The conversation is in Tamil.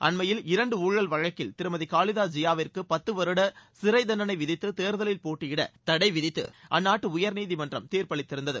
அண்மையில் இரண்டு ஊழல் வழக்கில் திருமதி கலிதா ஜியாவிற்கு பத்து வருட சிறை தண்டளை விதித்து தேர்தலில் போட்டியிட அநநாட்டு உயர்நீதிமன்றம் தீர்ப்பளித்திருந்தது